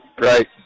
right